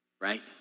right